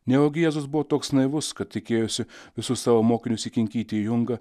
nejaugi jėzus buvo toks naivus kad tikėjosi visus savo mokinius įkinkyti į jungą